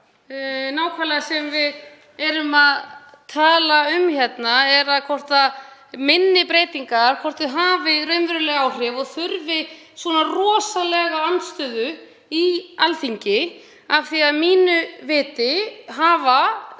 nákvæmlega það sem við erum að tala um hérna, hvort minni breytingar hafi raunveruleg áhrif og þurfi svona rosalega andstöðu á Alþingi. Að mínu viti hafa